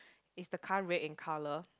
is the car red in colour